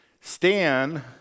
Stan